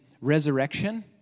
resurrection